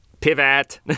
Pivot